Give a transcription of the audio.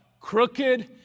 Crooked